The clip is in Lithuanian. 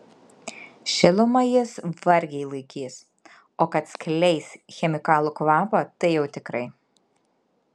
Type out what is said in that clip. šilumą jis vargiai laikys o kad skleis chemikalų kvapą tai jau tikrai